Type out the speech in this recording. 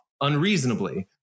unreasonably